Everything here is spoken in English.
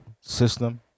system